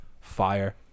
fire